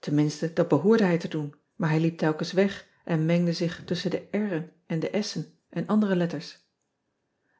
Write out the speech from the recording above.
enminste dat behoorde hij te doen maar hij liep telkens weg en mengde zich tusschen de s en s en andere letters